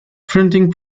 printing